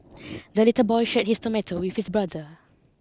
the little boy shared his tomato with his brother